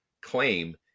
claim